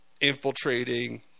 infiltrating